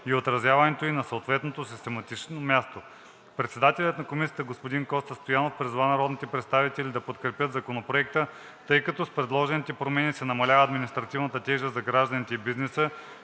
и отразяването й на съответното систематично място. Председателят на Комисията господин Коста Стоянов призова народните представители да подкрепят Законопроекта, тъй като с предложените промени се намалява административната тежест за гражданите и бизнеса,